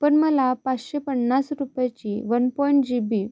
पण मला पाचशे पन्नास रुपयाची वन पॉईंट जी बी